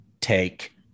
take